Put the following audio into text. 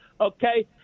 Okay